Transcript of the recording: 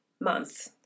month